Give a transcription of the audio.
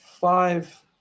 five